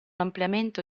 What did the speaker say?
ampliamento